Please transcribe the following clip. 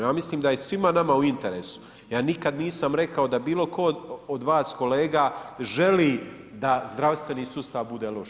Ja mislim da je svima nama u interesu, ja nikad nisam rekao da bilo tko od vas kolega želi da zdravstveni sustav bude loš.